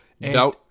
No